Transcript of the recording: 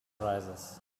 rises